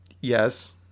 Yes